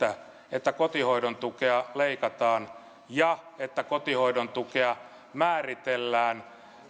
että kotihoidon tukea leikataan ja että kotihoidon tukea määritellään